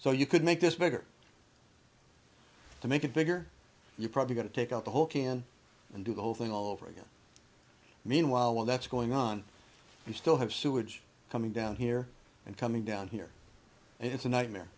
so you could make this bigger to make it bigger you've probably got to take out the whole can and do the whole thing all over again meanwhile while that's going on you still have sewage coming down here and coming down here and it's a nightmare